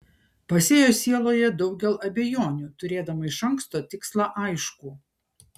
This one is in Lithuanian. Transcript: pasėjo sieloje daugel abejonių turėdama iš anksto tikslą aiškų